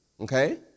okay